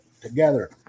together